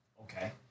okay